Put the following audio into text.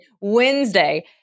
Wednesday